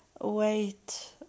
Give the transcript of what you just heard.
wait